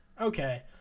okay